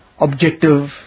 objective